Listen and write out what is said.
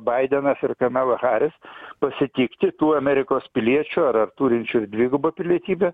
baidenas ir kamala haris pasitikti tų amerikos piliečių ar ar turinčių dvigubą pilietybę